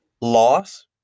Loss